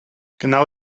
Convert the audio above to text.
genau